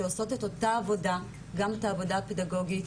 שעושות את אותה העבודה גם את העבודה הפדגוגית,